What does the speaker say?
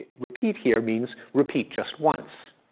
repeat here means, repeat just once.